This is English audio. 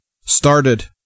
started